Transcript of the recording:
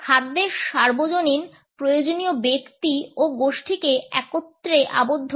খাদ্যের সার্বজনীন প্রয়োজন ব্যক্তি ও গোষ্ঠীকে একত্রে আবদ্ধ করে